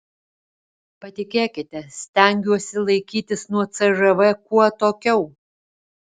patikėkite stengiuosi laikytis nuo cžv kuo atokiau